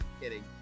kidding